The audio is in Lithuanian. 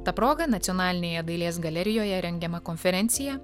ta proga nacionalinėje dailės galerijoje rengiama konferencija